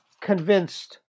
convinced